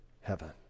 heaven